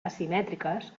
asimètriques